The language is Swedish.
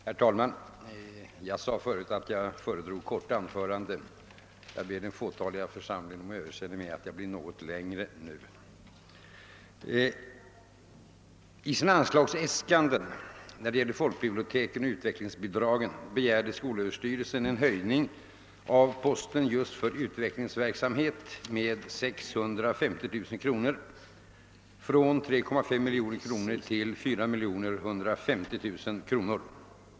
Herr talman! Jag sade förut att jag föredrar korta anföranden. Jag ber den fåtaliga församlingen om överseende för att jag kommer att hålla ett något längre anförande nu. I sina anslagsäskanden när det gäl ler folkbiblioteken och utvecklingsbidragen begärde skolöverstyrelsen en höjning av posten för utvecklingsverksamhet med 650 000 kr. — från 3 500 000 kr. till 4150 000 kr.